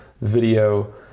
video